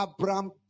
Abraham